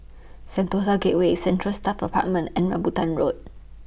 Sentosa Gateway Central Staff Apartment and Rambutan Road